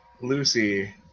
Lucy